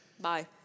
Bye